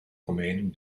rumänen